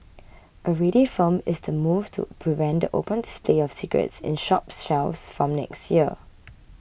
already firm is the move to prevent the open display of cigarettes in shop shelves from next year